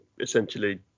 essentially